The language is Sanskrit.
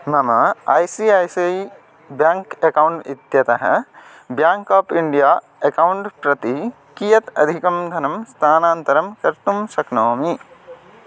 मम I C I C I bank account इत्यतः बेङ्क् आफ् इण्डिया अकौण्ट् प्रति कियत् अधिकं धनं स्थानान्तरं कर्तुं शक्नोमि